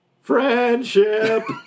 Friendship